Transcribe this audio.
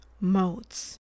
modes